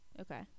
okay